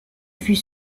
fut